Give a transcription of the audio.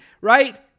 Right